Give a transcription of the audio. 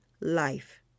Life